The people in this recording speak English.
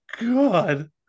God